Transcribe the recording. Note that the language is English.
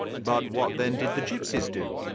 but what, then, did the gipsies do?